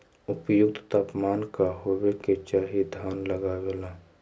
उपयुक्त तापमान का होबे के चाही धान लगावे ला?